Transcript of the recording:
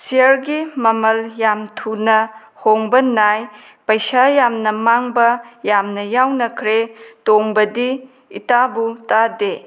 ꯁꯤꯌꯥꯔꯒꯤ ꯃꯃꯜ ꯌꯥꯝ ꯊꯨꯅ ꯍꯣꯡꯕ ꯅꯥꯏ ꯄꯩꯁꯥ ꯌꯥꯝꯅ ꯃꯥꯡꯕ ꯌꯥꯝꯅ ꯌꯥꯎꯅꯈ꯭ꯔꯦ ꯇꯣꯡꯕꯗꯤ ꯏꯇꯥꯕꯨ ꯇꯥꯗꯦ